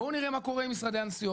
בואו נראה מה קורה עם משרדי הנסיעות.